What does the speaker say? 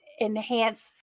enhance